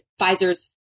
Pfizer's